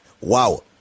Wow